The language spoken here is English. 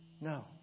no